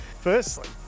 firstly